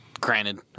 Granted